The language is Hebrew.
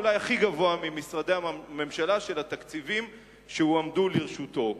אולי הגבוה ביותר ממשרדי הממשלה של התקציבים שהועמדו לרשותו.